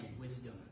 wisdom